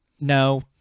No